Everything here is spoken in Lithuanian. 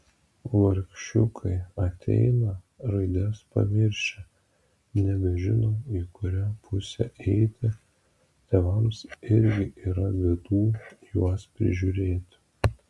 vargšiukai ateina raides pamiršę nebežino į kurią pusę eiti tėvams irgi yra bėdų juos prižiūrėti